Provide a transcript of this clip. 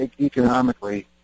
economically